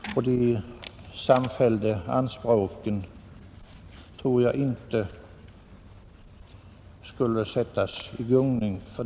Jag tror inte att de samfällda anspråken därför skulle sättas i gungning.